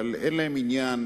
אבל אין להם עניין,